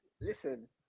Listen